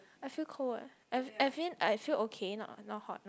I feel cold eh I mean in I feel okay not not hot